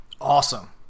Awesome